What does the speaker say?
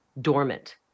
dormant